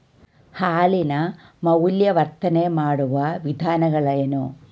ಹಾಲಿನ ಮೌಲ್ಯವರ್ಧನೆ ಮಾಡುವ ವಿಧಾನಗಳೇನು?